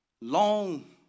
long